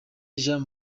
jean